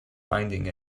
finding